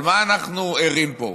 למה אנחנו ערים פה?